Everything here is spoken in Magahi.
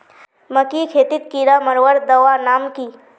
मकई खेतीत कीड़ा मारवार दवा नाम की?